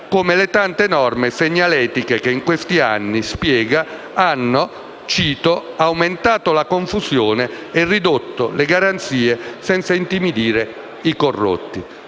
come le tante norme segnaletiche che in questi anni - spiega - hanno «aumentato la confusione e ridotto le garanzie senza intimidire i corrotti».